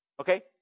Okay